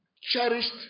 cherished